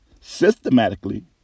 systematically